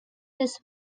this